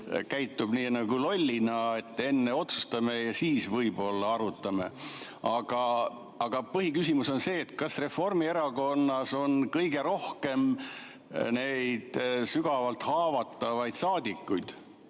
käitub nii nagu loll, et enne otsustame ja siis võib-olla arutame? Aga põhiküsimus on see: kas Reformierakonnas on kõige rohkem neid sügavalt haavatavaid saadikuid,